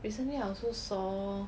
recently I also saw